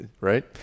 right